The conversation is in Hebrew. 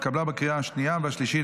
התקבלה בקריאה השנייה והשלישית,